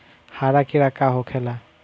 हरा कीड़ा का होखे ला?